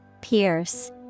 Pierce